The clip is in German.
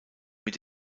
mit